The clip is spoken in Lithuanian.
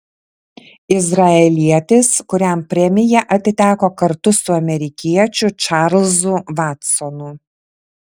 izraelietis kuriam premija atiteko kartu su amerikiečiu čarlzu vatsonu